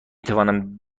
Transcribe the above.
توانم